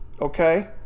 okay